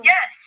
Yes